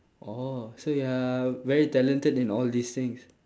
oh so you are very talented in all these things